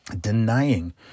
Denying